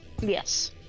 Yes